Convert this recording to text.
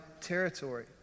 territory